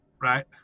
right